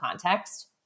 context